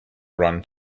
run